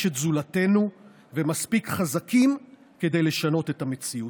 את זולתנו ומספיק חזקים כדי לשנות את המציאות".